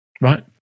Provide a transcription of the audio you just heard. Right